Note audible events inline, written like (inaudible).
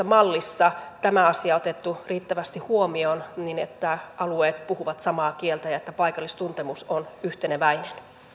(unintelligible) mallissa tämä asia otettu riittävästi huomioon niin että alueet puhuvat samaa kieltä ja että paikallistuntemus on yhteneväinen